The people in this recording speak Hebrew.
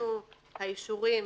שניתנו האישורים